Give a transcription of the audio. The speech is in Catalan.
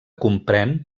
comprèn